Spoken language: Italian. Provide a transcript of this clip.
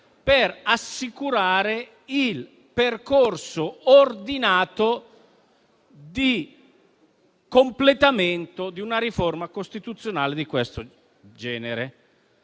per assicurare il percorso ordinato di completamento di una riforma costituzionale di questo genere.